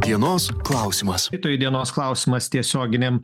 dienos klausimas laidoje dienos klausimas tiesioginiame